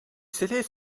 scellés